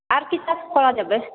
আর কি সার পাওয়া যাবে